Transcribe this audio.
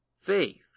faith